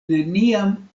neniam